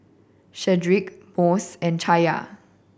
Shedrick Mose and Chaya